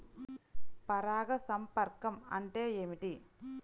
పరాగ సంపర్కం అంటే ఏమిటి?